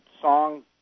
song